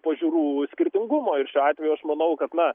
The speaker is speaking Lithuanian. pažiūrų skirtingumo ir šiuo atveju aš manau kad na